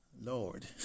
Lord